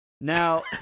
Now